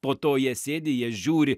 po to jie sėdi jie žiūri